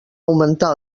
augmentar